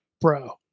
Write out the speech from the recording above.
bro